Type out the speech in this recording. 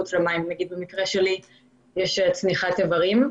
במקרה שלי יש צניחת איברים,